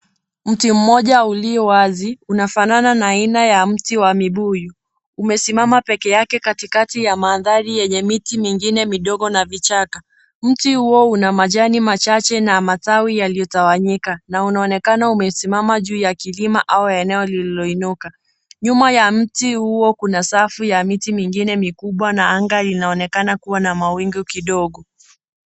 Mti mmoja ulio wazi, unafanana na aina ya mti wa mibuyu, umesimama peke yake katikati ya mandhari yenye miti mingine midogo na vichaka. Mti huo una majani machache na matawi yaliyotawanyika, na unaonekana umesimama juu ya kilimo au eneo lililoinuka. Nyuma ya mti huo kuna safu ya miti mingine mikubwa na angali inaonekana kuwa na mawingu kidogo.